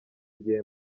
gihe